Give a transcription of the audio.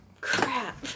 crap